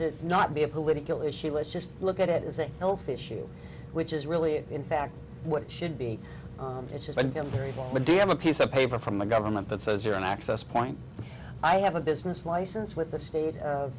to not be a political issue let's just look at it as a health issue which is really in fact what it should be it's been going very well but do you have a piece of paper from the government that says you're an access point i have a business license with the state of